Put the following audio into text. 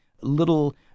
little